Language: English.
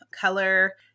color